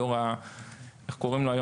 דור ה-Z,